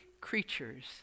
creatures